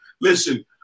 Listen